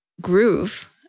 groove